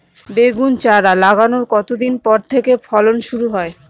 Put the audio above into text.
বেগুন চারা লাগানোর কতদিন পর থেকে ফলন শুরু হয়?